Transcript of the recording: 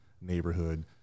neighborhood